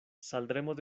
saldremos